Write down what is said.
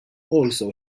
also